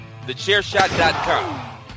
TheChairShot.com